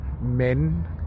men